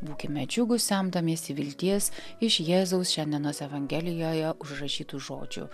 būkime džiugūs semdamiesi vilties iš jėzaus šiandienos evangelijoje užrašytų žodžių